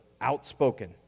outspoken